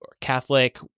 catholic